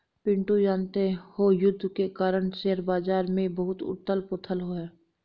पिंटू जानते हो युद्ध के कारण शेयर बाजार में बहुत उथल पुथल है